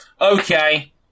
okay